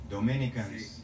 Dominicans